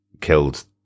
killed